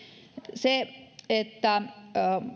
se että